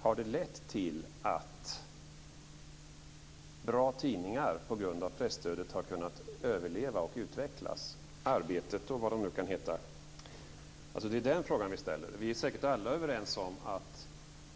Har det lett till att bra tidningar - Arbetet och vad de nu kan heta - på grund av pressstödet har kunnat överleva och utvecklas? Det är den frågan vi ställer. Vi är säkert alla överens om att